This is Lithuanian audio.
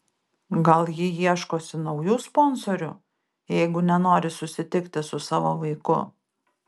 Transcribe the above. gal ji ieškosi naujų sponsorių jeigu nenori susitikti su savo vaiku